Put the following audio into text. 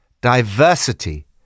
diversity